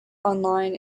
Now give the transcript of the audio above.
online